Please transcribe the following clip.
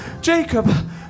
Jacob